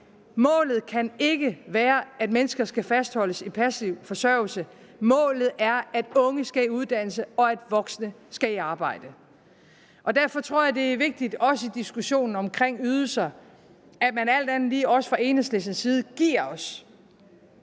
Målet kan ikke være, at mennesker skal fastholdes i passiv forsørgelse, målet er, at unge skal i uddannelse, og at voksne skal i arbejde. Derfor tror jeg, det er vigtigt også i diskussionen omkring ydelser, at man alt andet lige også fra Enhedslistens side giver os,